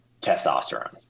testosterone